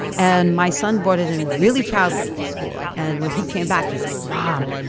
and my son bought it and really proudly to school. and when he came back, his mom,